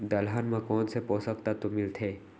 दलहन म कोन से पोसक तत्व मिलथे?